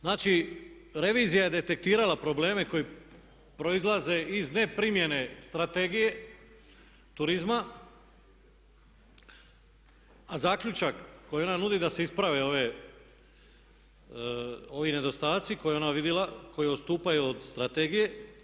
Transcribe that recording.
Znači, revizija je detektirala probleme koji proizlaze iz neprimjene Strategije turizma, a zaključak koji ona nudi da se isprave ovi nedostatci koje je ona uvidila, koji odstupaju od strategije.